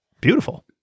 Beautiful